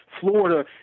Florida